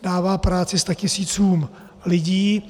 Dává práci statisícům lidí.